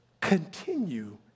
continue